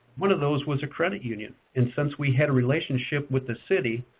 one of those was a credit union, and since we had a relationship with the city,